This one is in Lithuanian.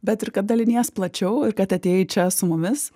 bet ir kad dalinies plačiau ir kad atėjai čia su mumis